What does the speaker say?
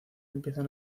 empiezan